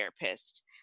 therapist